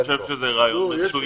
אני חושב שזה רעיון מצוין.